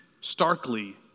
starkly